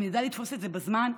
אם נדע לתפוס את זה בזמן,